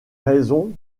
raison